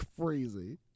crazy